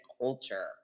culture